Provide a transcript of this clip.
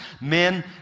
men